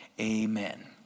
amen